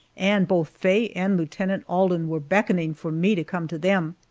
and both faye and lieutenant alden were beckoning for me to come to them.